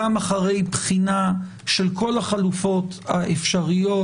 גם אחרי בחינה של כל החלופות האפשריות,